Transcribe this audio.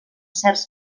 certs